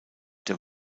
der